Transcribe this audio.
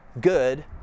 good